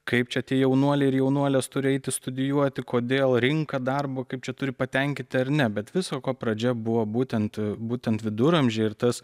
kaip čia tie jaunuoliai ir jaunuolės turi eiti studijuoti kodėl rinka darbo kaip čia turi patenkinti ar ne bet viso ko pradžia buvo būtent būtent viduramžiai ir tas